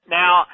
now